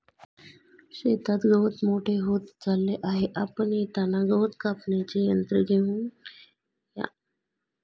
शेतात गवत मोठे होत चालले आहे, आपण येताना गवत कापण्याचे यंत्र घेऊन या